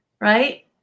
right